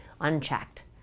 unchecked